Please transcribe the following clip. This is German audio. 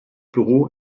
büro